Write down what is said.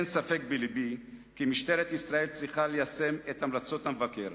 אין ספק בלבי כי משטרת ישראל צריכה ליישם את המלצות המבקר,